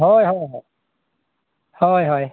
ᱦᱳᱭ ᱦᱳᱭ ᱦᱳᱭ ᱦᱳᱭ